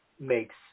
makes